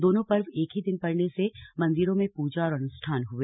दोनों पर्व एक ही दिन पड़ने से मंदिरों में पूजा और अनुष्ठान हुए